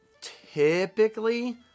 typically